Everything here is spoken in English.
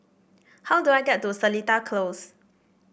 how do I get to Seletar Close